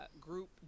group